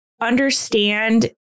understand